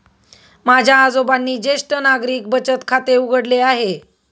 माझ्या आजोबांनी ज्येष्ठ नागरिक बचत खाते उघडले आहे